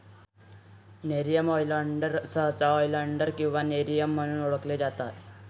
nerium oleander सहसा oleander किंवा nerium म्हणून ओळखले जाते